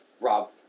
Rob